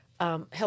help